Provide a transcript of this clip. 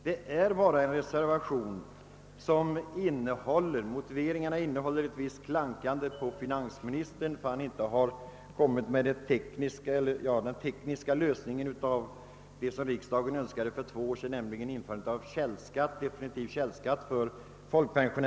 Den enda skillnaden är att reservationen innehåller ett klankande på finansministern för att han inte presenterat det förslag till teknisk lösning av frågan om införande av definitiv källskatt för folkpensionärerna som riksdagen för två år sedan uttalade önskemål om.